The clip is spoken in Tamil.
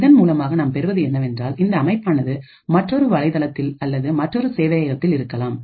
இதன் மூலமாக நாம் பெறுவது என்னவென்றால்இந்த அமைப்பானது மற்றொரு வலைத்தளத்தில் அல்லது மற்றொரு சேவையகத்தில் இருக்கலாம்